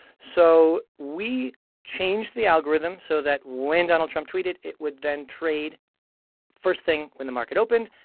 so we changed the algorithm so that when donald trump tweeted, it would then trade first thing when the market opened.